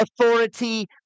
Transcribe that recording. authority